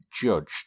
judged